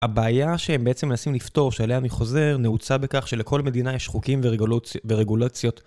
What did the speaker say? הבעיה שהם בעצם מנסים לפתור שאליה אני חוזר נעוצה בכך שלכל מדינה יש חוקים ורגולציות.